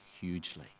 hugely